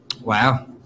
Wow